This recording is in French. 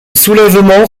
soulèvement